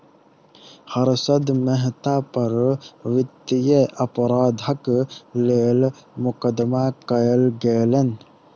हर्षद मेहता पर वित्तीय अपराधक लेल मुकदमा कयल गेलैन